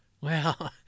Well